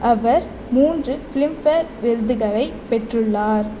அவர் மூன்று ஃபிலிம்பேர் விருதுகளைப் பெற்றுள்ளார்